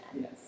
Yes